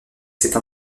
cette